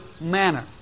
manner